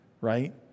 Right